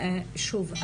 שוב,